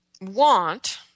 want